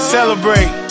Celebrate